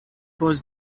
was